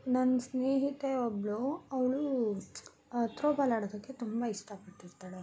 ನನ್ನ ಸ್ನೇಹಿತೆ ಒಬ್ಬಳು ಅವಳು ತ್ರೋಬಾಲ್ ಆಡೋದಕ್ಕೆ ತುಂಬ ಇಷ್ಟಪಟ್ಟಿರ್ತಾಳೆ